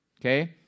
Okay